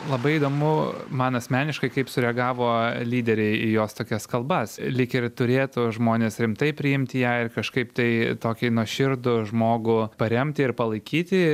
labai įdomu man asmeniškai kaip sureagavo lyderiai į jos tokias kalbas lyg ir turėtų žmonės rimtai priimti ją ir kažkaip tai tokį nuoširdų žmogų paremti ir palaikyti